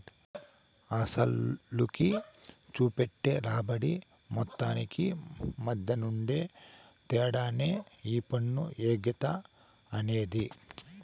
అసలుకి, సూపెట్టే రాబడి మొత్తానికి మద్దెనుండే తేడానే ఈ పన్ను ఎగేత అనేది